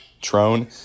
Trone